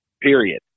period